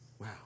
Wow